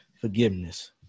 forgiveness